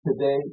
Today